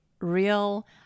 real